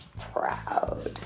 proud